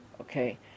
okay